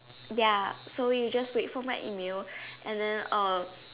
ya so you just wait for my email and then uh